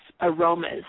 aromas